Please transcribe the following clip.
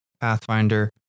Pathfinder